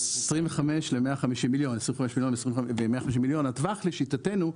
25 ל-150 מיליון, הטווח לשיטתנו,